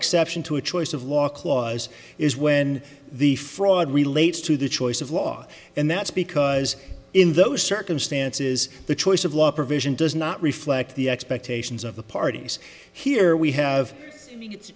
exception to a choice of law clause is when the fraud relates to the choice of law and that's because in those circumstances the choice of law provision does not reflect the expectations of the parties here we have